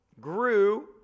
grew